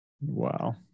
Wow